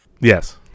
yes